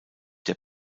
der